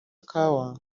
kawa